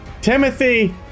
Timothy